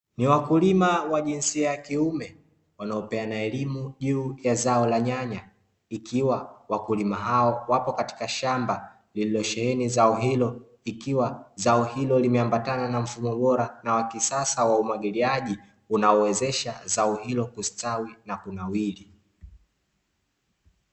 Ni wakulima wa jinsia ya kiume wanaopeana elimu juu ya zao la nyanya, ikiwa wakulima hao wapo katika shamba lililosheheni zao hilo ikiwa zao hilo limeambatana na mfumo bora na wa kisasa wa umwagiliaji unaowezesha zao hilo kustawi na kunawiri.